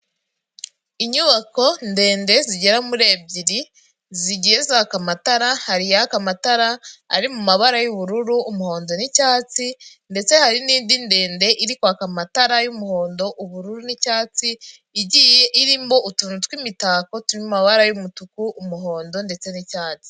Inyubako ndende zigera muri ebyiri, zigiye zaka amatara, hari iyaka amatara ari mu mabara y'ubururu, umuhondo n'icyatsi ndetse hari n'indi ndende iri kwaka amatara y'umuhondo, ubururu n'icyatsi, igiye irimo utuntu tw'imitako turimo amabara y'umutuku, umuhondo ndetse n'icyatsi.